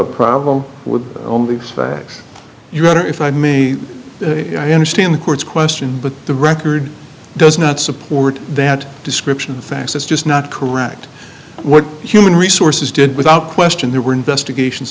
a problem with only facts you've got or if i may i understand the court's question but the record does not support that description of the facts it's just not correct what human resources did without question there were investigations